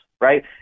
Right